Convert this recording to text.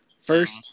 first